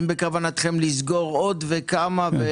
האם בכוונתכם לסגור עוד, וכמה.